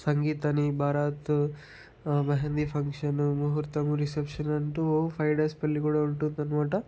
సంగీత్ అని భారత్ మెహందీ ఫంక్షన్ ముహూర్తం రిసెప్షన్ అంటూ ఫైవ్ డేస్ పెళ్ళి కూడా ఉంటుందనమాట